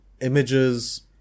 Images